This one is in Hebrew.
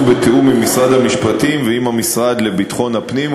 בתיאום משרד המשפטים ועם המשרד לביטחון הפנים.